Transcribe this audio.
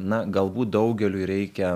na galbūt daugeliui reikia